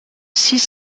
six